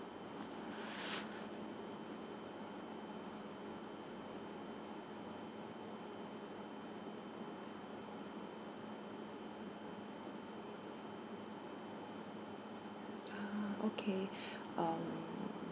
ah okay um